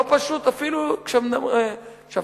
לא פשוט אפילו עכשיו,